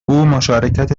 مشارکت